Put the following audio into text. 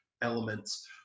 elements